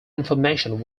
information